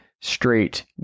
straight